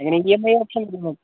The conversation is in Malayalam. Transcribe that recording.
എങ്ങനേ ഇ എം ഐ ഓപ്ഷൻ വരുന്നുണ്ട്